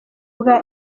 bwa